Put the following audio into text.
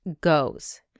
goes